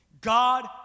God